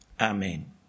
Amen